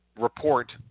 report